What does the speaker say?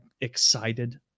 excited